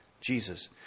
Jesus